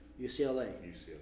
UCLA